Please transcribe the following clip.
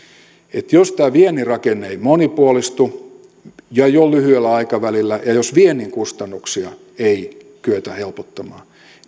eli jos tämä viennin rakenne ei monipuolistu jo jo lyhyellä aikavälillä ja jos viennin kustannuksia ei kyetä helpottamaan